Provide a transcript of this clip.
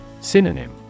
Synonym